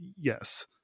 yes